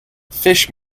fish